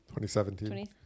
2017